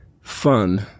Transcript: fun